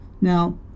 Now